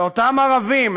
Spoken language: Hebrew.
ואותם ערבים,